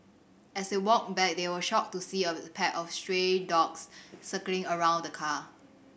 as they walked back they were shocked to see of the pack of stray dogs circling around the car